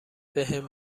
بهم